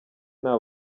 nta